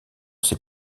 ses